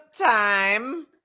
time